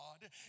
God